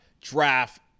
draft